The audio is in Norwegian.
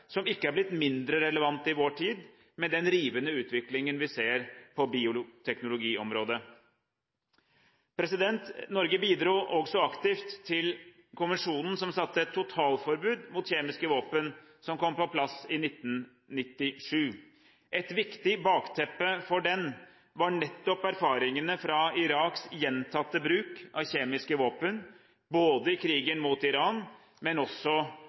som ikke er blitt mindre relevant i vår tid, med den rivende utviklingen vi ser på bioteknologiområdet. Norge bidro også aktivt til konvensjonen som satte et totalforbud mot kjemiske våpen, som kom på plass i 1997. Et viktig bakteppe for den var nettopp erfaringene fra Iraks gjentatte bruk av kjemiske våpen, både i krigen mot Iran